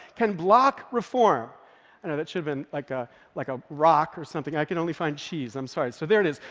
can block reform. i know that should have been, like ah like, a rock or something. i can only find cheese. i'm sorry. so there it is.